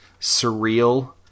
surreal